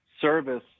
service